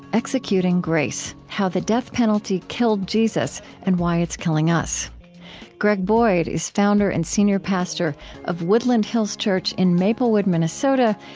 executing grace how the death penalty killed jesus and why it's killing us greg boyd is founder and senior pastor of woodland hills church in maplewood, minnesota,